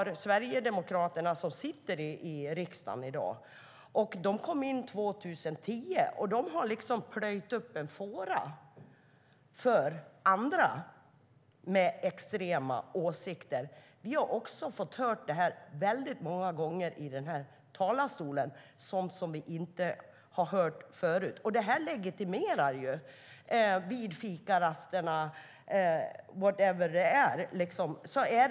Sverigedemokraterna sitter i dag i riksdagen. De kom in 2010 och har plöjt upp en fåra för andra med extrema åsikter. Vi har väldigt många gånger fått höra saker från den här talarstolen som vi inte har hört förut. Det legitimerar vad som sägs vid fikarasterna och var det än är.